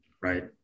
right